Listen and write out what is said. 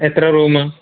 എത്ര റൂമ്